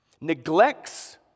neglects